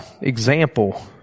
example